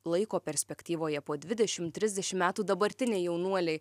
laiko perspektyvoje po dvidešim trisdešim metų dabartiniai jaunuoliai